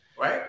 right